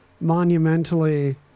monumentally